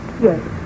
Yes